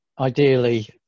Ideally